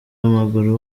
w’amaguru